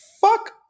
Fuck